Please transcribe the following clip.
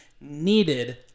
needed